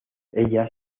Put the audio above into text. ella